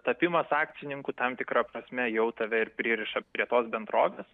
tapimas akcininku tam tikra prasme jau tave ir pririša prie tos bendrovės